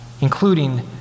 including